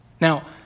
Now